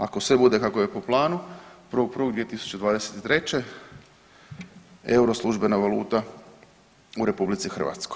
Ako sve bude kako je po planu 1.1.2023. euro službena valuta u RH.